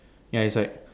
ya is like